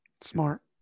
smart